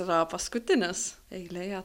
yra paskutinis eilėje